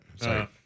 Sorry